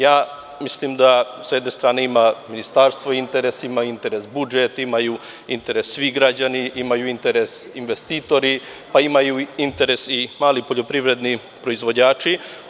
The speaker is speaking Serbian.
Ja mislim da sa jedne strane ima Ministarstvo interesima, interes budžet, imaju interes svi građani, imaju investitori, a imaju interes i mali poljoprivredni proizvođači.